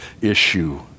issue